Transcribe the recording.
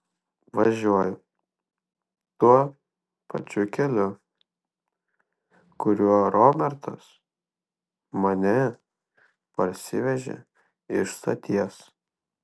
važiuoju tuo pačiu keliu kuriuo robertas mane parsivežė iš stoties